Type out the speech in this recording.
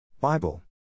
Bible